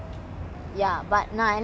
oh too jalo is it